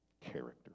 character